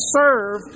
serve